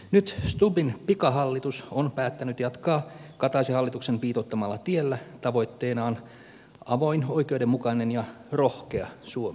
nyt stubbin pikahallitus on päättänyt jatkaa kataisen hallituksen viitoittamalla tiellä tavoitteenaan avoin oikeudenmukainen ja rohkea suomi